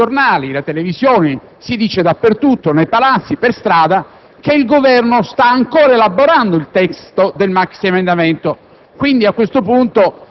Dicono anche, gli stessi giornali, la televisione, e si dice nei Palazzi e per strada, che il Governo sta ancora elaborando il testo del maxiemendamento.